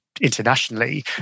internationally